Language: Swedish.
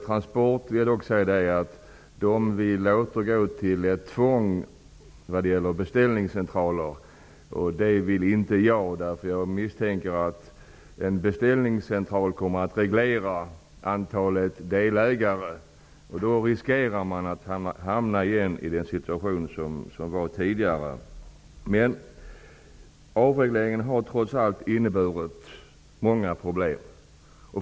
Transport vill återgå till ett tvång vad gäller beställningscentraler. Det vill inte jag, därför att jag misstänker att en beställningscentral kommer att reglera antalet delägare. Då riskerar vi att återigen hamna i den situation vi var i tidigare. Avregleringen har trots allt inneburit många problem.